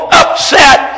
upset